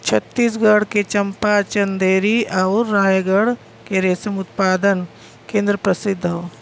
छतीसगढ़ के चंपा, चंदेरी आउर रायगढ़ के रेशम उत्पादन केंद्र प्रसिद्ध हौ